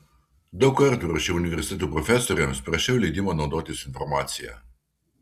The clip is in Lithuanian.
daug kartų rašiau universitetų profesoriams prašiau leidimo naudotis informacija